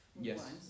Yes